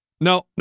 No